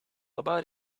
about